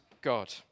God